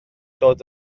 dod